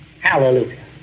Hallelujah